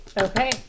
Okay